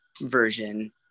version